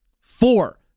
Four